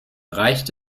reicht